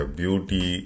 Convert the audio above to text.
beauty